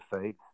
faith